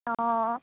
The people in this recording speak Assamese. অঁ